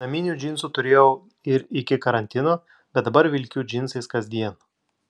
naminių džinsų turėjau ir iki karantino bet dabar vilkiu džinsais kasdien